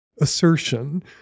assertion